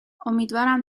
امیدوارم